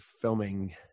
filming